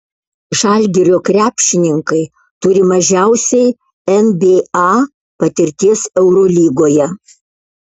žalgirio krepšininkai turi mažiausiai nba patirties eurolygoje